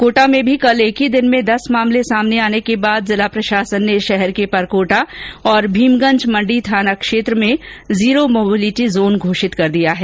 कोटा में भी कल एक ही दिन में दस मामले सामने आने के बाद जिला प्रशासन ने शहर के परकोटा और भीमगंज मण्डी थाना क्षेत्र को जीरो मोबेलिटी जोन घोषित कर दिया है